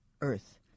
earth